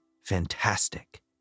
fantastic